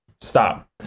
stop